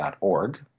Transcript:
org